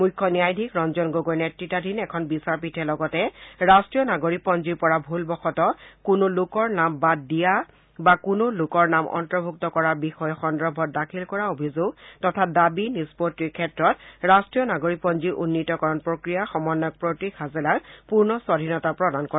মুখ্য ন্যায়াধীশ ৰঞ্জন গগৈ নেতৃতাধীন এখন বিচাৰপীঠে লগতে ৰাষ্ট্ৰীয় নাগৰিকপঞ্জীৰ পৰা ভুলবশতঃ কোনো লোকৰ নাম বাদ দিয়া বা কোনো লোকৰ নাম অন্তৰ্ভুক্ত কৰাৰ বিষয় সন্দৰ্ভত দাখিল কৰা অভিযোগ তথা দাবী নিষ্পত্তিৰ ক্ষেত্ৰত ৰাষ্ট্ৰীয় নাগৰিকপঞ্জী উন্নীতকৰণ প্ৰক্ৰিয়াৰ সমন্বয়ক প্ৰতীক হাজেলাক পূৰ্ণ স্বাধীনতা প্ৰদান কৰে